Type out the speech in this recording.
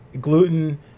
gluten